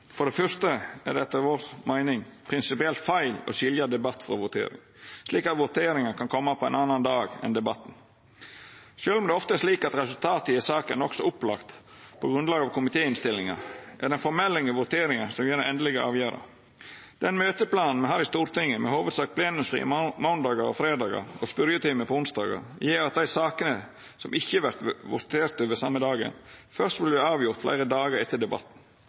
For det fyrste er det etter vår meining prinsipielt feil å skilja debatt frå votering, slik at voteringa kan koma på ein annan dag enn debatten. Sjølv om det ofte er slik at resultatet i ei sak er nokså opplagt på grunnlag av komitéinnstillinga, er det den formelle voteringa som gjev den endelege avgjerda. Den møteplanen me har i Stortinget, med i hovudsak plenumsfrie måndagar og fredagar og spørjetime på onsdagar, gjer at dei sakene som ikkje vert voterte over den same dagen, fyrst vil verta avgjorde fleire dagar etter debatten.